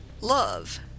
Love